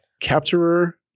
Capturer